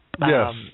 Yes